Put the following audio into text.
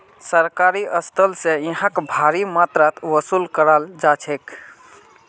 सरकारी स्थल स यहाक भारी मात्रात वसूल कराल जा छेक